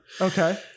Okay